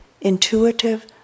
intuitive